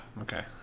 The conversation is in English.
okay